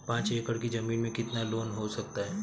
पाँच एकड़ की ज़मीन में कितना लोन हो सकता है?